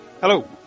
Hello